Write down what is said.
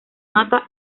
mata